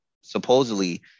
supposedly